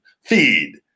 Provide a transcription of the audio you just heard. Feed